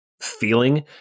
feeling